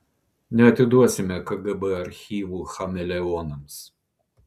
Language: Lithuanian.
neatiduosime kgb archyvų chameleonams